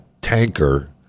tanker